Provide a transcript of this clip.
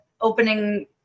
opening